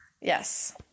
Yes